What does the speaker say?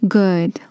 good